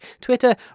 Twitter